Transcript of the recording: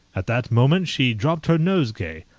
at that moment she dropped her nosegay.